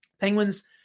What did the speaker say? Penguins